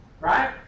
Right